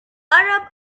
arab